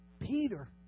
Peter